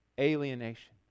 alienation